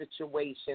situations